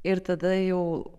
ir tada jau